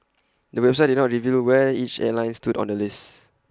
the website did not reveal where each airline stood on the list